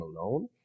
alone